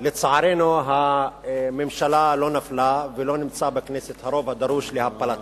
לצערנו הממשלה לא נפלה ולא נמצא בכנסת הרוב הדרוש להפלתה.